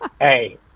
Hey